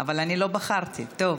אבל אני לא בחרתי, טוב,